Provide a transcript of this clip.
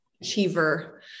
achiever